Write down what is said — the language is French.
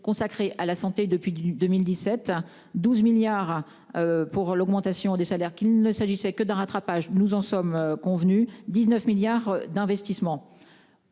consacré à la santé depuis du 2017 12 milliards. Pour l'augmentation des salaires, qu'il ne s'agissait que d'un rattrapage, nous en sommes convenus 19 milliards d'investissements.